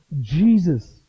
Jesus